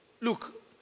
look